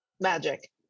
magic